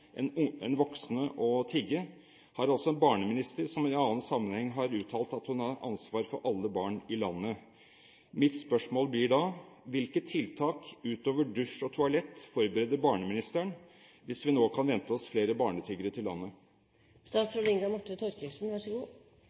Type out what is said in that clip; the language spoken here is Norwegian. har altså en barneminister som i en annen sammenheng har uttalt at hun har ansvar for alle barn i landet. Mitt spørsmål blir da: Hvilke tiltak utover dusj og toalett forbereder barneministeren, hvis vi nå kan vente oss flere barnetiggere til